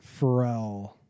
Pharrell